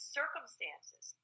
circumstances